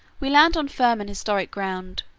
we land on firm and historic ground.